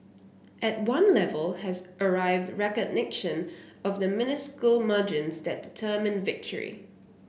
at one level has arrived recognition of the minuscule margins that determine victory